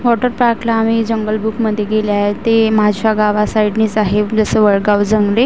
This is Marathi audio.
वॉटर पार्कला आम्ही जंगलबुकमध्ये गेले आहे ते माझ्या गावासाईडनेच आहे जसं वळगाव जंगले